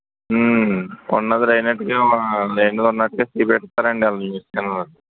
ఉన్నది లేనట్టుగా లేనిది ఉన్నట్టుగా చూపెడతారండి ఆ న్యూస్ ఛాన్ల్లో